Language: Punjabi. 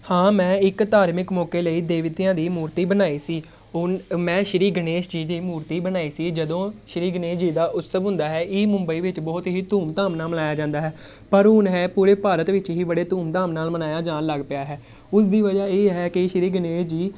ਹਾਂ ਮੈਂ ਇੱਕ ਧਾਰਮਿਕ ਮੌਕੇ ਲਈ ਦੇਵਤਿਆਂ ਦੀ ਮੂਰਤੀ ਬਣਾਈ ਸੀ ਉ ਮੈਂ ਸ਼੍ਰੀ ਗਣੇਸ਼ ਜੀ ਦੀ ਮੂਰਤੀ ਬਣਾਈ ਸੀ ਜਦੋਂ ਸ਼੍ਰੀ ਗਣੇਸ਼ ਜੀ ਦਾ ਉਤਸਵ ਹੁੰਦਾ ਹੈ ਇਹ ਮੁੰਬਈ ਵਿੱਚ ਬਹੁਤ ਹੀ ਧੂਮਧਾਮ ਨਾਲ ਮਨਾਇਆ ਜਾਂਦਾ ਹੈ ਪਰ ਹੁਣ ਇਹ ਪੂਰੇ ਭਾਰਤ ਵਿੱਚ ਹੀ ਬੜੇ ਧੂਮਧਾਮ ਨਾਲ ਮਨਾਇਆ ਜਾਣ ਲੱਗ ਪਿਆ ਹੈ ਉਸ ਦੀ ਵਜ੍ਹਾ ਇਹ ਹੈ ਕਿ ਸ਼੍ਰੀ ਗਣੇਸ਼ ਜੀ